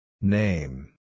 Name